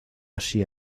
así